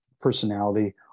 personality